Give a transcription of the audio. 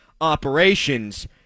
operations